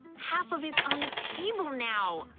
half of it's on the table now!